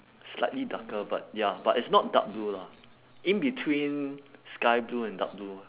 slightly darker but ya but it's not dark blue lah in between sky blue and dark blue